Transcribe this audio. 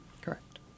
Correct